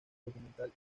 documental